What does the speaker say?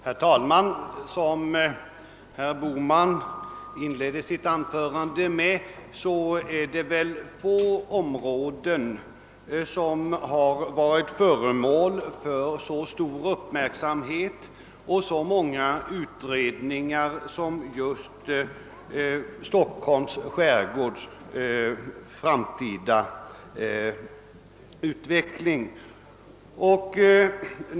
Herr talman! Såsom herr Bohman påpekade i inledningen av sitt anförande är det få områden som varit föremål för så stor uppmärksamhet och så många utredningar som just Stockholms skärgårds framtida utveckling.